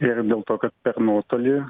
ir dėl to kad per nuotolį